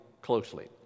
closely